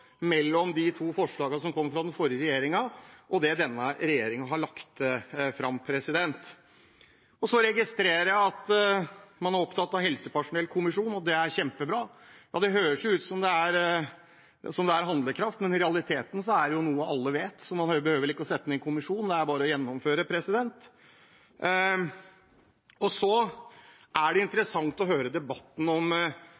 mellom de to forslagene som kom fra den forrige regjeringen, og det denne regjeringen har lagt fram. Så registrerer jeg at man er opptatt av helsepersonellkommisjonen, og at det er kjempebra. Det høres ut som det er handlekraft, men i realiteten er det jo noe alle vet, så man behøver vel ikke å sette ned en kommisjon, det er bare å gjennomføre. Det er interessant å høre debatten om fritt behandlingsvalg eller det